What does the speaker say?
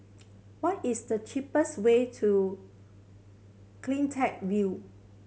what is the cheapest way to Cleantech View